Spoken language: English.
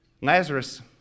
Lazarus